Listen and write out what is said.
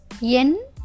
Yen